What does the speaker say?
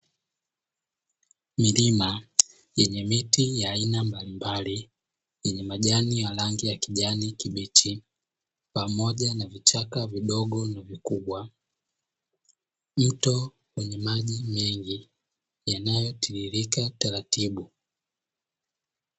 Milima yenye miti ya aina mbalimbali, yenye majani ya rangi ya kijani kibichi, pamoja na vichaka vidogo na vikubwa. Mto wenye maji mengi yanayotiririka taratibu.